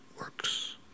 works